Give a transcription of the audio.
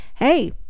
Hey